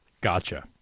gotcha